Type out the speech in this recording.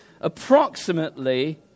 approximately